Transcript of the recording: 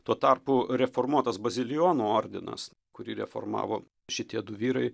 tuo tarpu reformuotas bazilijonų ordinas kurį reformavo šitie du vyrai